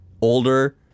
older